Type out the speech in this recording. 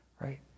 Right